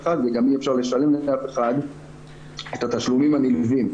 אחד וגם אי אפשר לשלם לאף אחד את התשלומים הנלווים.